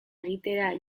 egitera